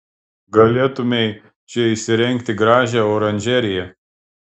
galėtumei čia įsirengti gražią oranžeriją